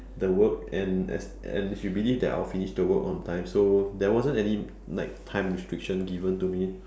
the work and as and she believed that I would finish the work on time so there wasn't any like time restriction given to me